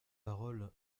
parole